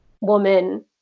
woman